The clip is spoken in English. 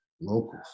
locals